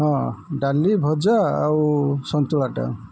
ହଁ ଡାଲି ଭଜା ଆଉ ସନ୍ତୁଳାଟା